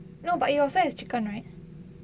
no but it also has chicken right